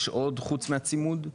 יש עוד חוץ מהצימוד?